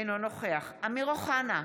אינו נוכח אמיר אוחנה,